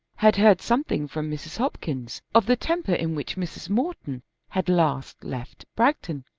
had heard something from mrs. hopkins of the temper in which mrs. morton had last left bragton.